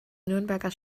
nürnberger